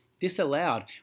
disallowed